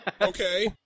Okay